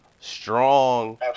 strong